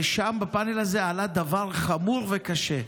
ושם בפאנל הזה עלה דבר חמור וקשה: